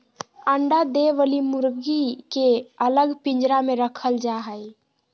अंडा दे वली मुर्गी के अलग पिंजरा में रखल जा हई